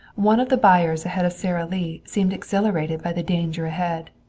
one of the buyers ahead sara lee seemed exhilarated by the danger ahead.